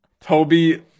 Toby